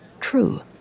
True